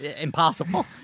Impossible